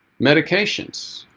medications